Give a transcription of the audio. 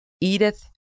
Edith